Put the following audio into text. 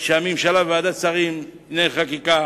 מאוד שהממשלה וועדת השרים לענייני חקיקה